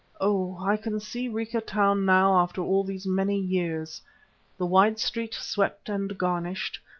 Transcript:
oh! i can see rica town now after all these many years the wide street swept and garnished,